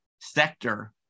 sector